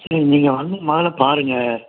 ம் நீங்கள் வந்து முதல்ல பாருங்கள்